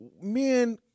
men